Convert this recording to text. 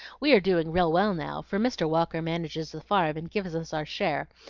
we are doing real well now, for mr. walker manages the farm and gives us our share,